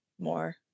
more